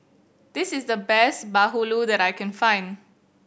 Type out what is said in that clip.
this is the best bahulu that I can find